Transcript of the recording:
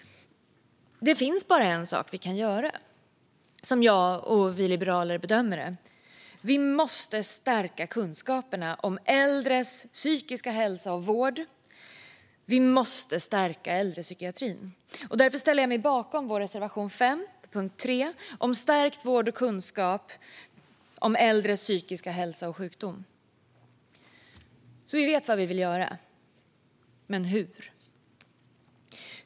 Det finns bara en sak vi kan göra, som jag och vi liberaler bedömer det: Vi måste stärka kunskaperna om äldres psykiska hälsa och vård, och vi måste stärka äldrepsykiatrin. Därför yrkar jag bifall till vår reservation 5 om stärkt vård och kunskap om äldres psykiska hälsa och sjukdom. Vi vet alltså vad vi vill göra, men hur?